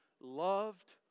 loved